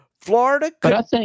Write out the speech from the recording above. Florida